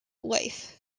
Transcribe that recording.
life